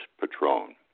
Patron